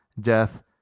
death